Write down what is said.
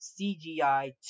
CGI